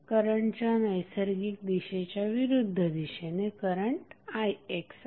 करंटच्या नैसर्गिक दिशेच्या विरुद्ध दिशेने करंट ixआहे